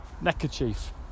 neckerchief